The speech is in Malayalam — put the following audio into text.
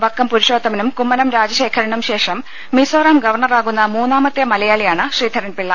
വക്കം പുരു ഷോത്തമനും കുമ്മനം രാജശേഖരനും ശേഷം മിസോറും ഗവർണറാകുന്ന മൂന്നാമത്തെ മലയാളിയാണ് ശ്രീധരൻപിള്ള